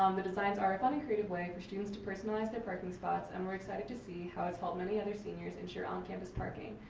um the designs are a fun and creative way for students to personalize their parking spots and we're excited to see how it's helped many other seniors ensure on-campus parking,